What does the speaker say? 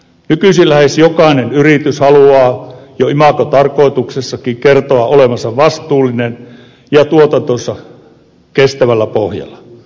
nykyisin lähes jokainen yritys haluaa jo imagotarkoituksessakin kertoa olevansa vastuullinen ja tuotantonsa olevan kestävällä pohjalla